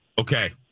Okay